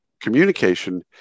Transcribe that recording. communication